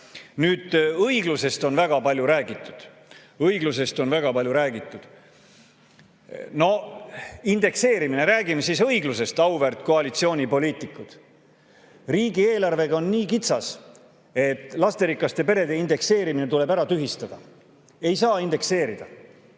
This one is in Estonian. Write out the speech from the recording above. Nüüd, õiglusest on väga palju räägitud. Õiglusest on väga palju räägitud! No indekseerimine, räägime siis õiglusest, auväärt koalitsioonipoliitikud. Riigieelarvega on nii kitsas, et lasterikaste perede [sissetuleku] indekseerimine tuleb ära tühistada. Ei saa indekseerida.